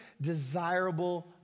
desirable